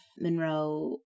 Monroe